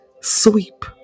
sweep